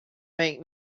make